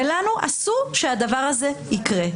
ולנו אסור שהדבר הזה יקרה.